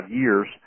years